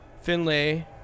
Finlay